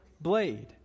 blade